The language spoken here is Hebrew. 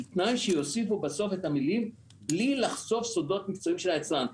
בתנאי שיוסיפו בסוף את המלים 'בלי לחשוף סודות מקצועיים של היצרן'.